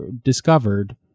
discovered